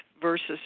versus